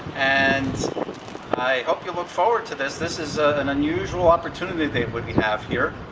and i hope you look forward to this. this is an unusual opportunity that we have here.